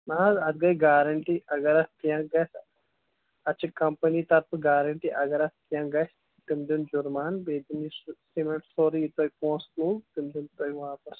نہَ حظ اَتھ گٔے گارَنٹی اگر اَتھ کینٛہہ گژھِ اَتھ چھِ کَمپٔنی طرفہٕ گارَنٹی اگر اَتھ کیٚنٛہہ گژھِ تِم دِن جُرمان بیٚیہِ دِن یہِ سورُے یہِ تۄہہِ پۅنٛسہٕ تُل تِم دِن تۄہہِ واپَس